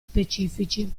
specifici